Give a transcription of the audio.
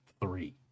three